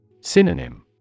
Synonym